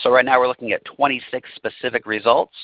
so right now, we are looking at twenty six specific results